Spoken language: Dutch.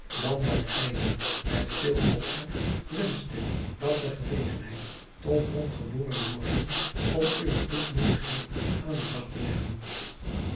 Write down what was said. dan dat gij nu met veel ophef wenschte dat de gelegenheid toch mogt geboren worden om uwe kloekmoedigheid aan den dag te leggen